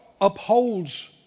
upholds